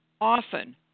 Often